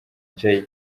jay